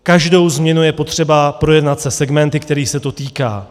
Každou změnu je potřeba projednat se segmenty, kterých se to týká.